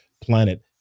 planet